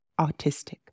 autistic